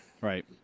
right